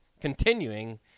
continuing